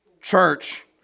church